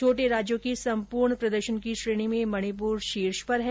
छोटे राज्यों की सम्पूर्ण प्रदर्शन की श्रेणी में मणिपुर शीर्ष पर है